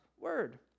word